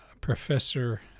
Professor